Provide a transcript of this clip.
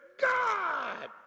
God